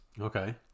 Okay